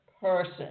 person